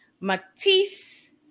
Matisse